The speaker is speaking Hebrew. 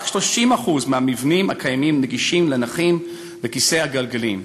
רק 30% מהמבנים הקיימים נגישים לנכים בכיסא גלגלים.